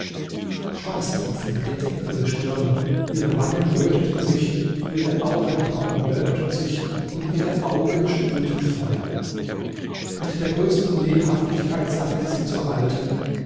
schweißtropfen bedeckten ihre stirn ihre wangen röteten sich ihre augenbrauen wölbten sich und ihre augen sprühten feuer mit der größten lebhaftigkeit sagte sie zur alten